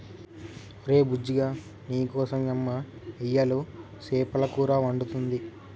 ఒరే బుజ్జిగా నీకోసం యమ్మ ఇయ్యలు సేపల కూర వండుతుంది